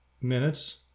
minutes